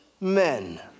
men